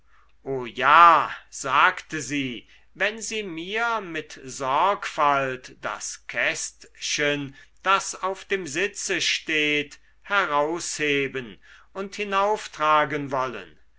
o ja sagte sie wenn sie mir mit sorgfalt das kästchen das auf dem sitze steht herausheben und hinauftragen wollen